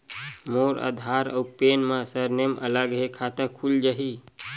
मोर आधार आऊ पैन मा सरनेम अलग हे खाता खुल जहीं?